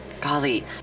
Golly